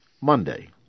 Monday